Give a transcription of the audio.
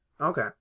Okay